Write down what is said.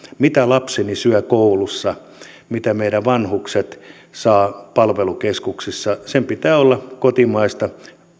mitä lapseni syö koulussa mitä meidän vanhukset saavat palvelukeskuksissa sen pitää olla kotimaista